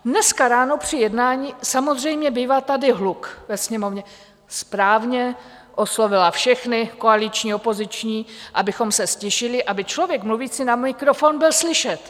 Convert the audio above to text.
Dneska ráno při jednání samozřejmě bývá tady hluk ve Sněmovně správně oslovila všechny koaliční, opoziční, abychom se ztišili, aby člověk mluvící na mikrofon byl slyšet.